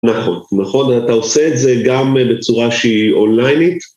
נכון, נכון, אתה עושה את זה גם בצורה שהיא אונליינית?